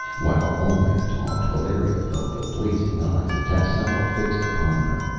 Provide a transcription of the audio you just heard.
while olmec talked, valeria felt the blazing eyes of tascela fixed upon her.